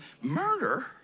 murder